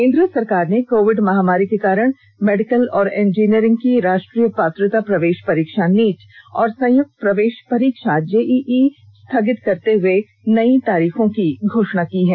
केन्द्र सरकार ने कोविड महामारी के कारण मेडिकल और इंजीनियरिंग की राष्ट्रीय पात्रता प्रवेश परीक्षा नीट और संयुक्त प्रवेश परीक्षा जेईई को स्थगित करते हुए नई तारीखों की घोषणा की है